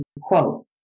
quote